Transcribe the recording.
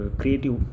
creative